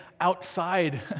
outside